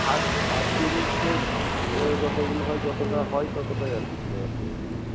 first first unit test যতোগুলো হয় যতোটা হয় ততোটাই আর কি সিলেবাস